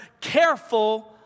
careful